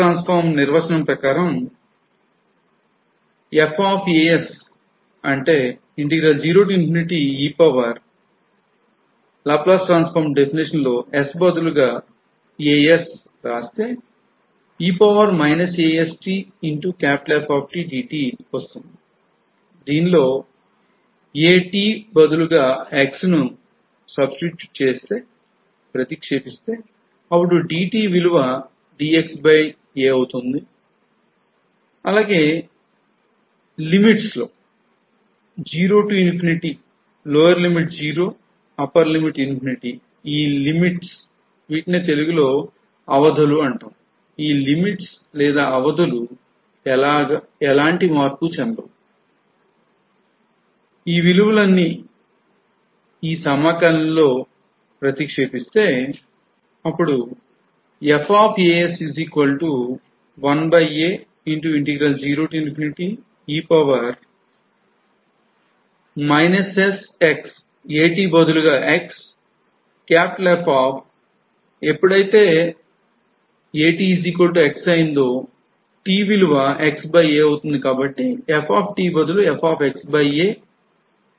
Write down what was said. Laplace transform నిర్వచనము ప్రకారం దీనిలో atx ను ప్రతిక్షేపిస్తే అప్పుడు dt dxaఅవుతుంది